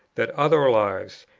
that other lives,